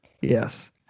Yes